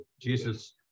Jesus